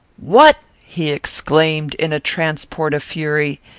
what! he exclaimed, in a transport of fury,